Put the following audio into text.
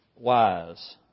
wise